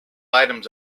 items